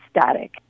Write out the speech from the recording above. static